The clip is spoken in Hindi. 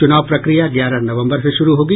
चुनाव प्रक्रिया ग्यारह नवम्बर से शुरू होगी